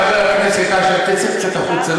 חבר הכנסת אשר: תצא קצת החוצה,